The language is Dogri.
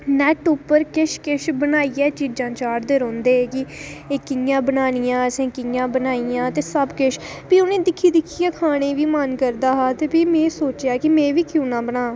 नेट पर किश किश चीज़ां बनाइयै चाढ़दे रौहंदे हे की एह् कियां बनानियां एह् कियां बनाइयां ते सबकिश ते भी उनेंगी दिक्खी दिक्खियै खाने गी बी मन करदा हा ते भी में सोचेआ की में बी क्यों ना बनांऽ